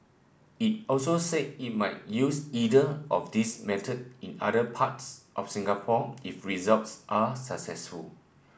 it also said it may use either of these method in other parts of Singapore if results are successful